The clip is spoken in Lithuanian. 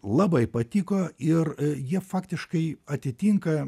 labai patiko ir jie faktiškai atitinka